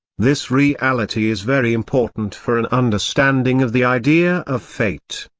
this reality is very important for an understanding of the idea of fate.